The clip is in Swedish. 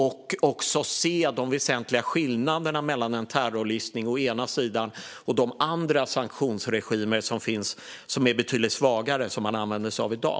Det handlar även om att se de väsentliga skillnaderna mellan å ena sidan en terrorlistning och å andra sidan de övriga sanktionsregimer som finns, som är betydligt svagare och som man använder sig av i dag.